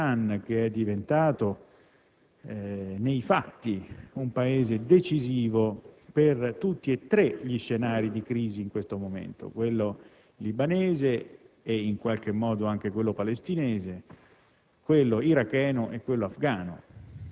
per un verso la Siria e per l'altro l'Iran, che è diventato, nei fatti, un paese decisivo per tutti e tre gli scenari attuali di crisi, quello libanese e, in qualche modo, anche quello palestinese,